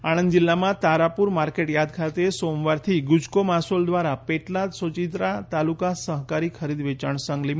આણં દ આણંદ જિલ્લામાં તારાપુર માર્કેટયાર્ડ ખાતે સોમવારથી ગુજકોમાસોલ દ્વારા પેટલાદ સોજિત્રા તાલુકા સહકારી ખરીદ વેયાણ સંઘ લિ